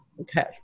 Okay